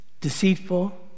deceitful